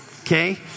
okay